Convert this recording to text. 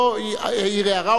לא העיר הערה,